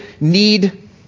need